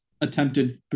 attempted